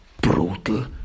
Brutal